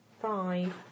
Five